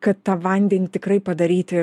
kad tą vandenį tikrai padaryti